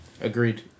Agreed